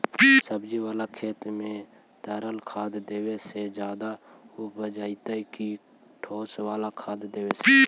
सब्जी बाला खेत में तरल खाद देवे से ज्यादा उपजतै कि ठोस वाला खाद देवे से?